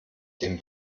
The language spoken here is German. dem